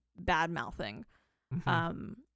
bad-mouthing